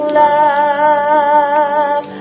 love